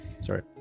sorry